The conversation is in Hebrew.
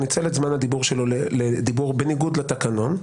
ניצל את זמן הדיבור שלו לדיבור בניגוד לתקנון.